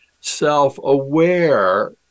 self-aware